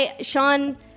Sean